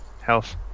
health